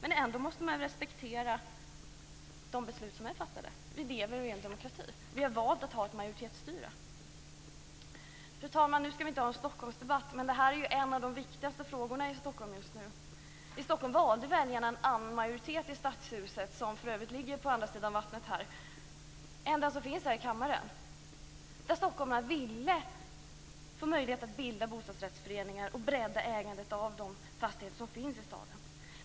Ändå måste man respektera de beslut som är fattade. Vi lever ju i en demokrati. Vi har valt att ha ett majoritetsstyre. Fru talman! Nu skall vi inte ha en Stockholmsdebatt, men det här är en av de viktigaste frågorna i Stockholm just nu. I Stockholm valde väljarna en annan majoritet i Stadshuset - som för övrigt ligger på andra sidan vattnet härifrån sett - än den som finns här i kammaren. Stockholmarna ville få möjlighet att bilda bostadsrättsföreningar och bredda ägandet av de fastigheter som finns i staden.